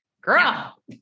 girl